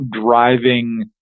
driving